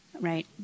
right